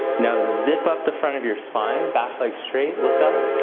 now zip up the front of your spine. back leg straight, look up,